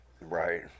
Right